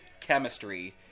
chemistry